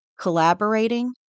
collaborating